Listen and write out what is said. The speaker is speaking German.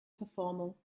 verformung